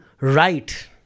right